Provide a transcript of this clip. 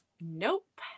nope